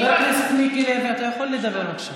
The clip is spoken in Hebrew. חבר הכנסת מיקי לוי, אתה יכול לדבר, בבקשה.